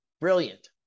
brilliant